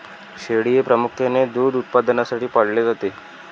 शेळी हे प्रामुख्याने दूध उत्पादनासाठी पाळले जाते